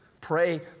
Pray